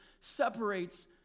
separates